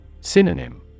Synonym